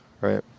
Right